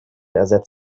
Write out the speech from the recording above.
ersetzt